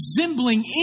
resembling